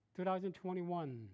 2021